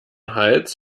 hals